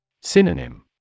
Synonym